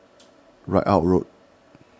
Ridout Road